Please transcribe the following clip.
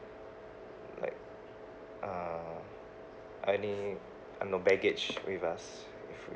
like uh any I don't know baggage with us if